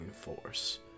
force